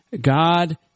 God